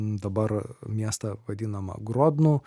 dabar miestą vadinamą grodnu